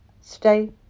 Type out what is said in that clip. Stay